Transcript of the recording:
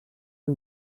ser